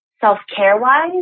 self-care-wise